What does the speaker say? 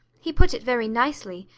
he put it very nicely,